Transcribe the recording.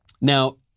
Now